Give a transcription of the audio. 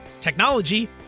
technology